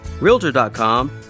Realtor.com